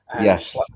Yes